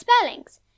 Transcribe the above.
spellings